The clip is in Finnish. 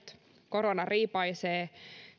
korona riipaisee